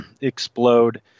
explode